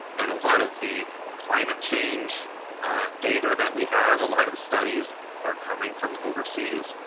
and a lot of the climate change data that we have, a lot of the studies are coming from overseas.